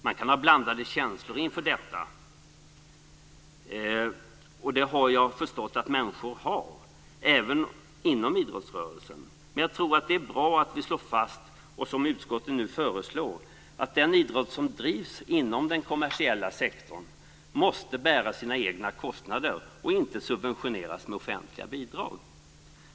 Man kan ha blandade känslor inför detta, och det har jag förstått att människor har, även inom idrottsrörelsen. Men jag tror att det är bra att vi slår fast, som utskottet nu föreslår, att den idrott som drivs inom den kommersiella sektorn måste bära sina egna kostnader och inte subventioneras med offentliga bidrag.